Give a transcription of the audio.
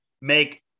make